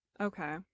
Okay